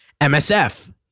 MSF